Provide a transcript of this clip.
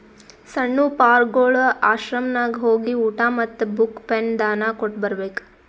ಸಣ್ಣು ಪಾರ್ಗೊಳ್ ಆಶ್ರಮನಾಗ್ ಹೋಗಿ ಊಟಾ ಮತ್ತ ಬುಕ್, ಪೆನ್ ದಾನಾ ಕೊಟ್ಟ್ ಬರ್ಬೇಕ್